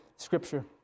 scripture